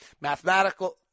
mathematical